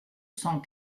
cent